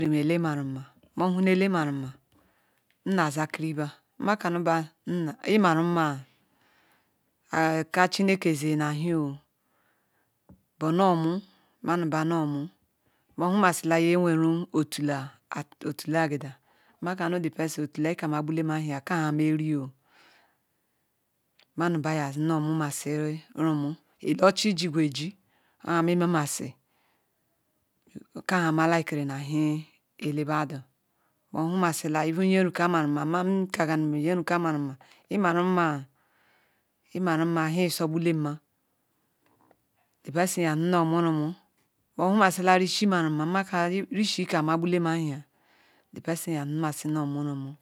nbe me he nauru mara mohena ile ma ruma nna zakiri ba mekanu ba imaru nma aka chwneke zienahie o ne no mu man ba no mu mohuma zila nyeweru otula agida meka nu the person otula kai mabalem chies kammeno monu ba yezeno muma ziruma ele oji jigweji o ah me mezi ka ha ma lvere nu ahie ele badu mohuma sila ewan niye rika marun ma mkaga nume nipruka marum emaruma ahia sobulema the person ipe zi no mairu ma mohema sila vishe mamu ma meka rishie ka mabale mnala the person nyezinomera mu